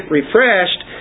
refreshed